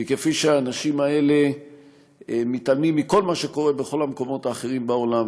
כי כפי שהאנשים האלה מתעלמים מכל מה שקורה בכל המקומות האחרים בעולם,